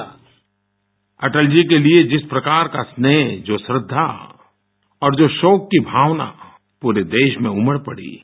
bite Atal ji के लिए जिस प्रकार का स्नेह जो श्रद्धा और जो शोक की भावना पूरे देश में उमड़ पड़ी है